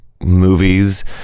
movies